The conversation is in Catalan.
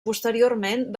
posteriorment